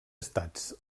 estats